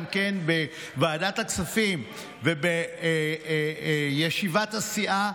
גם בוועדת הכספים ובישיבת הסיעה,